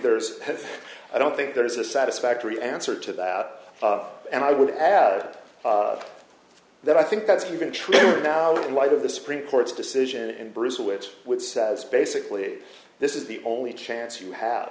there's i don't think there is a satisfactory answer to that and i would add that i think that's even true now in light of the supreme court's decision in brazil which would says basically this is the only chance you have